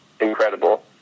incredible